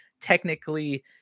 technically